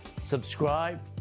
subscribe